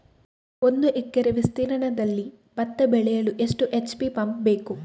ಒಂದುಎಕರೆ ವಿಸ್ತೀರ್ಣದಲ್ಲಿ ಭತ್ತ ಬೆಳೆಯಲು ಎಷ್ಟು ಎಚ್.ಪಿ ಪಂಪ್ ಬೇಕು?